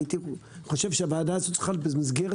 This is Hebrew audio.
הייתי חושב שהוועדה הזאת צריכה במסגרת